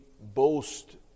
boast